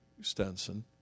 Stenson